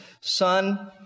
son